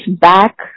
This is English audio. back